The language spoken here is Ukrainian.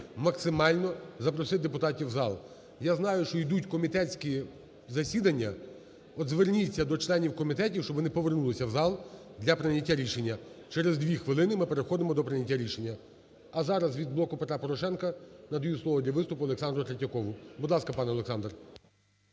максимально запросити депутатів в зал. Я знаю, що йдуть комітетські засідання. От зверніться до членів комітетів, щоб вони повернулися в зал для прийняття рішення. Через 2 хвилини ми переходимо до прийняття рішення. А зараз слово від "Блоку Петра Порошенка" надаю слово для виступу Олександру Третьякову. Будь ласка, пане Олександр.